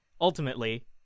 ultimately